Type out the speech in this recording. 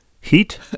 heat